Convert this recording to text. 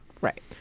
Right